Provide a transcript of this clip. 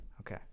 Okay